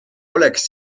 oleks